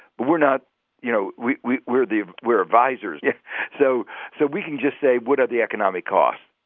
but we're not you know, we we we're the we're advisors. yeah so so we can just say, what are the economic costs,